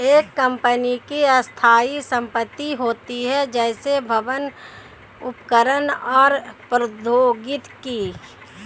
एक कंपनी की स्थायी संपत्ति होती हैं, जैसे भवन, उपकरण और प्रौद्योगिकी